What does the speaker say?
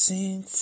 Sing